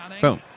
Boom